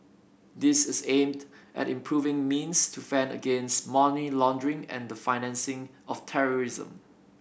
this is aimed at improving means to fend against money laundering and the financing of terrorism